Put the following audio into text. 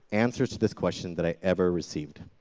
answers to this question that i've ever received.